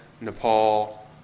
Nepal